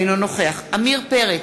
אינו נוכח עמיר פרץ,